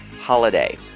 holiday